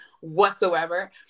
whatsoever